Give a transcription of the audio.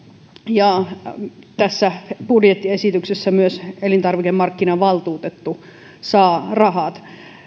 ja tässä budjettiesityksessä myös elintarvikemarkkinavaltuutettu saa rahat